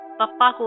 Papa